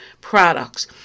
products